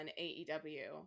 AEW